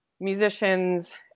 musicians